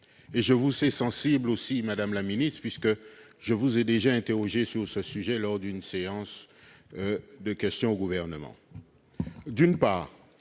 Je vous y sais sensible, madame la ministre, puisque je vous ai déjà interrogée à ce propos lors d'une séance de questions au Gouvernement.